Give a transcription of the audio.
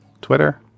Twitter